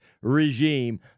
regime